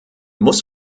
muss